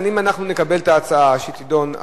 אם אנחנו נקבל את ההצעה שתידון,